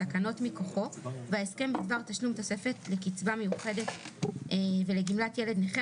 התקנות מכוחו וההסכם בדבר תשלום תוספת לקצבה מיוחדת ולגמלת ילד נכה